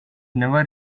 never